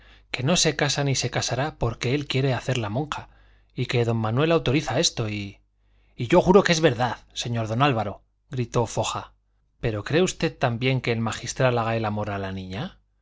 que no se casa ni se casará porque él quiere hacerla monja y que don manuel autoriza esto y y yo juro que es verdad señor don álvaro gritó foja pero cree usted también que el magistral haga el amor a la niña